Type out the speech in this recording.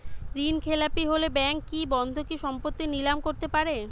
ঋণখেলাপি হলে ব্যাঙ্ক কি বন্ধকি সম্পত্তি নিলাম করতে পারে?